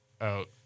out